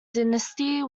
dynasty